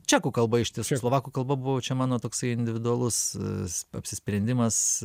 čekų kalba ištisai slovakų kalba buvo čia mano toksai individualus apsisprendimas